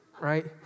right